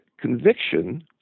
conviction